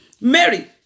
Mary